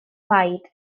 plaid